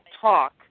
talk